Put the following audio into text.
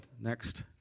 Next